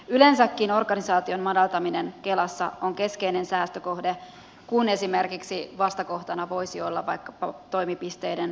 yleensäkin organisaation madaltaminen kelassa on keskeinen säästökohde kun vastakohtana voisivat olla esimerkiksi vaikkapa toimipisteiden lakkauttamiset